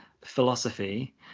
philosophy